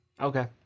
Okay